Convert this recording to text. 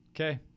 Okay